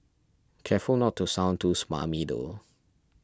careful not to sound too smarmy though